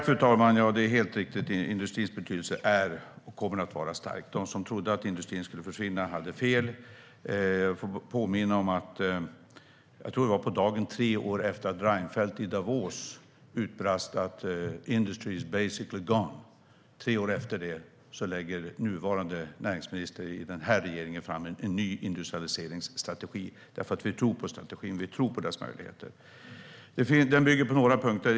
Fru talman! Det är helt riktigt: Industrins betydelse är och kommer att vara stor. De som trodde att industrin skulle försvinna hade fel. Jag vill påminna om att det var, tror jag, tre år på dagen efter att Reinfeldt i Davos utbrast att industrin är "basically gone" som nuvarande näringsministern i den här regeringen lade fram en ny industrialiseringsstrategi. Vi tror på strategin, vi tror på dess möjligheter. Strategin bygger på några punkter.